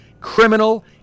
criminal